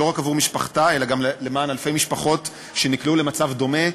לא רק עבור משפחתה אלא גם למען אלפי משפחות שנקלעו למצב דומה,